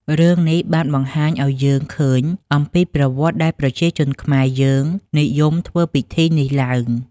រឿងនេះបានបង្ហាញអោយយើងឃើញអំពីប្រវត្តិដែលប្រជាជនខ្មែរយើងនិយមធ្វើពិធីនេះឡើង។